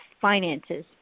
finances